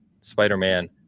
Spider-Man